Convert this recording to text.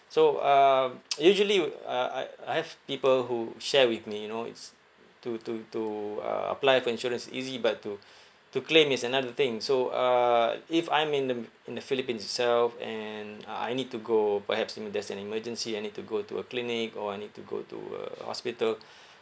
so um usually we uh I I have people who share with me you know it's to to to uh apply for insurance is easy but to to claim is another thing so uh if I'm in the in the philippines itself and uh I need to go perhaps you know there's an emergency I need to go to a clinic or I need to go to a hospital